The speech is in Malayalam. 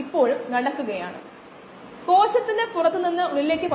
ഇത് ഒരു അളവുകോലാണ് കോശങ്ങൾ സ്കാറ്റർഡ് ആകുന്നു